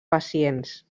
pacients